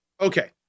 Okay